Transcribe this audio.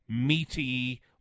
meaty